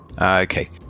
Okay